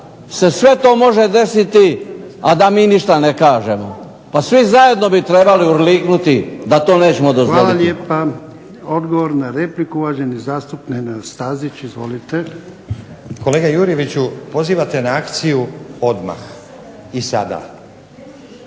se sve to može desiti a da mi ništa ne kažemo. Pa svi zajedno bi trebali urliknuti da to nećemo dozvoliti. **Jarnjak, Ivan (HDZ)** Hvala lijepa. Odgovor na repliku uvaženi zastupnik Nenad Stazić. Izvolite. **Stazić, Nenad (SDP)** Kolega Jurjeviću pozivate na akciju odmah i sada.